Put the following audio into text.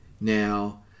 now